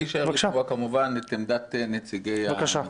אני אשאר לשמוע, כמובן, את עמדת נציגי המקצוע.